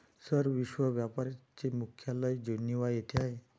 sir, विश्व व्यापार चे मुख्यालय जिनिव्हा येथे आहे